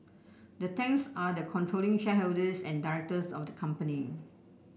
the Tangs are the controlling shareholders and directors of the company